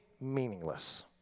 meaningless